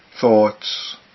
thoughts